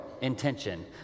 intention